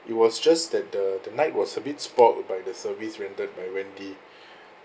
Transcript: it was just that the the night was a bit spoiled by the service rendered by wendy